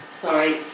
Sorry